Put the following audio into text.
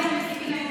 דיברתי מספיק להיום.